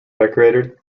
decorated